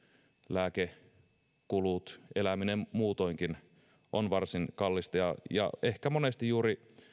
lääkekulut eläminen muutoinkin on varsin kallista ja ja ehkä monesti juuri